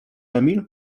emil